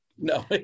No